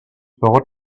thought